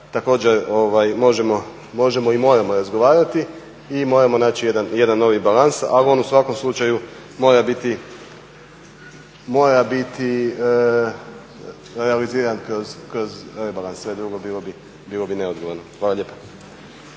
također možemo i moramo razgovarati i moramo naći jedan novi balans, ali on u svakom slučaju mora biti realiziran kroz rebalans. Sve drugo bilo bi neodgovorno. Hvala lijepa.